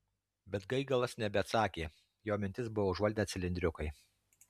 bet gaigalas nebeatsakė jo mintis buvo užvaldę cilindriukai